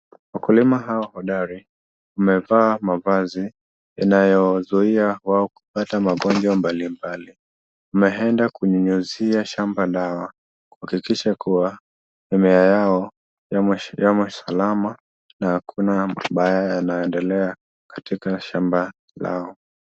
Wakulima hawa hodari wamevaa mavazi yanayozuia wao kupata magonjwa mbalimbali, wameenda kunyunyuzia shamba lao kuhakikisha kuwa mimea yako yamo salama na hakuna mabaya yanayoendelea katika shamba lao.